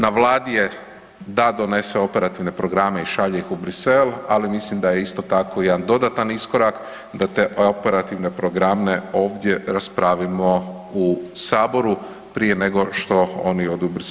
Na Vladi je da donese operativne programe i šalje ih u Bruxelles, ali mislim da je isto tako jedan dodatan iskorak da te operativne programe ovdje raspravimo u Saboru prije nego što oni odu u Bruxelles.